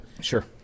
Sure